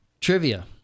trivia